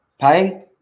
Paying